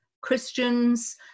Christians